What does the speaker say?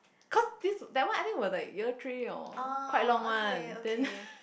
cause this that one I think will be like year three or quite long one then